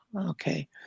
okay